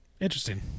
interesting